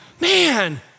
man